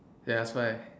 ya that's why